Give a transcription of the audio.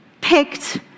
picked